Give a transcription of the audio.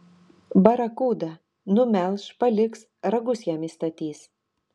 barakuda numelš paliks ragus jam įstatys